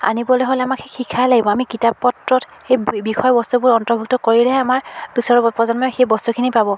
আনিবলৈ হ'লে আমাক শিক্ষাই লাগিব আমি কিতাপ পত্ৰত সেই বিষয় বস্তুবোৰ অন্তৰ্ভুক্ত কৰিলেহে আমাৰ পিছৰ প্ৰজন্মই সেই বস্তুখিনি পাব